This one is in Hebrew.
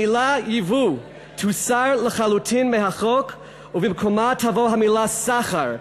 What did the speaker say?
המילה "ייבוא" תוסר לחלוטין מהחוק ובמקומה תבוא המילה "סחר",